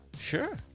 Sure